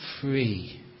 free